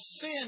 sin